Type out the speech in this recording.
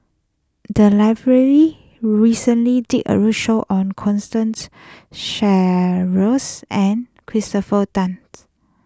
the library recently did a roadshow on Constance Sheares and Christopher Tan's